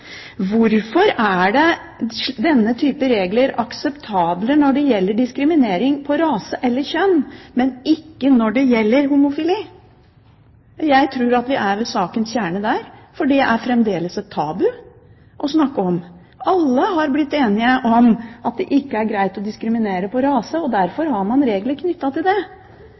Hvorfor er denne typen regler akseptable når det gjelder diskriminering på grunnlag av rase eller kjønn, men ikke når det gjelder homofili? Jeg tror vi er ved sakens kjerne her, fordi det fremdeles er et tabu å snakke om det. Alle har blitt enige om at det ikke er greit å diskriminere på grunn av rase, og derfor har man regler knyttet til det.